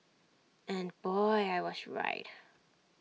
and boy I was right